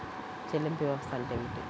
చెల్లింపు వ్యవస్థ అంటే ఏమిటి?